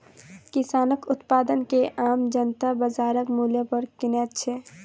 किसानक उत्पाद के आम जनता बाजारक मूल्य पर किनैत छै